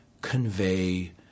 convey